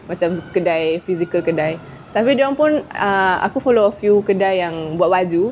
macam kedai physical kedai ah tapi dorang pun aku follow a few kedai yang buat baju